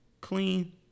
clean